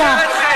מה עוצר אתכם?